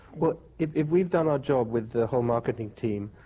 well, if if we've done our job with the whole marketing team,